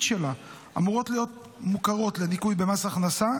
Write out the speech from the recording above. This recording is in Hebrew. שלה אמורות להיות מוכרות לניכוי במס הכנסה,